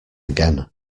again